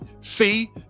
see